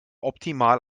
optimal